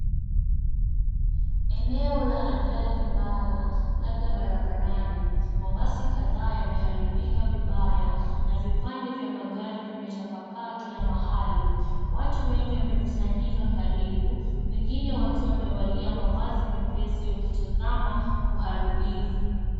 Eneo la ajali mbaya, labda barabarani. Mabasi kadhaa yameharibika vibaya, na vipande vya magari vimetapakaa kila mahali. Watu wengi wamekusanyika karibu, wengine wakiwa wamevalia mavazi mepesi wakitazama uharibifu.